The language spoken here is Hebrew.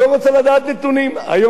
כששומעים על אנסים,